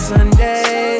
Sunday